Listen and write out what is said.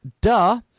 Duh